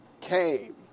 came